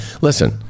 listen